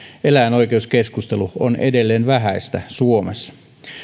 eläinoikeuskeskustelu on edelleen vähäistä suomessa